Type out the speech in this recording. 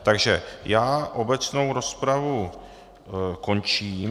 Takže já obecnou rozpravu končím.